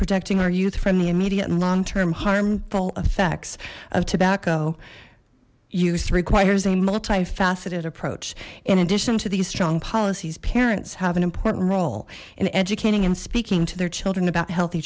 protecting our youth from the immediate and long term harmful effects of tobacco use requires a multi faceted approach in addition to these strong policies parents have an important role in educating and speaking to their children about healthy